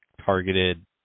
targeted